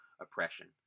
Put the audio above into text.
oppression